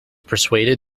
persuaded